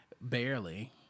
Barely